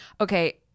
Okay